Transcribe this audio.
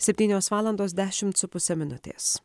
septynios valandos dešimt su puse minutės